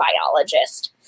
biologist